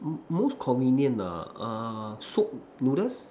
m~ most convenient uh uh soaked noodles